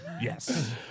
Yes